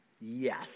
Yes